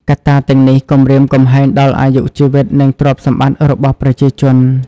កត្តាទាំងនេះគំរាមកំហែងដល់អាយុជីវិត និងទ្រព្យសម្បត្តិរបស់ប្រជាជន។